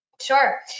Sure